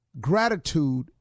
Gratitude